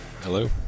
Hello